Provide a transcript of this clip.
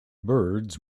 birds